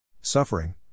Suffering